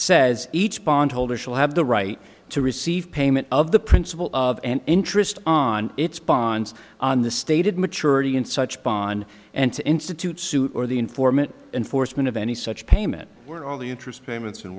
says each bond holder shall have the right to receive payment of the principal of interest on its bonds on the stated maturity in such bond and to institute suit or the informant enforcement of any such payment were only interest payments and